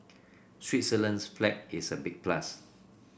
Switzerland's flag is a big plus